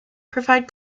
provide